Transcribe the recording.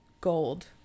gold